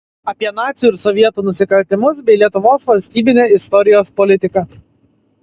apie nacių ir sovietų nusikaltimus bei lietuvos valstybinę istorijos politiką